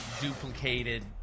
duplicated